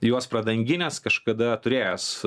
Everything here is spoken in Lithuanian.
juos pradanginęs kažkada turėjęs